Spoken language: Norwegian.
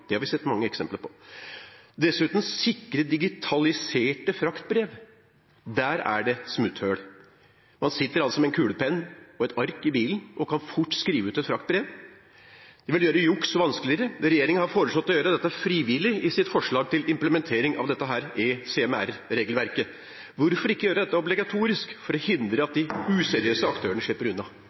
det har vi sett mange eksempler på – og deretter forslag om å sikre digitaliserte fraktbrev – der er det smutthull. Man sitter altså med en kulepenn og et ark i bilen og kan fort skrive ut et fraktbrev. Å digitalisere vil gjøre juks vanskeligere. Regjeringen har foreslått å gjøre dette frivillig i sitt forslag til implementering i eCMR-regelverket. Hvorfor ikke gjøre dette obligatorisk for å hindre at de useriøse aktørene slipper unna?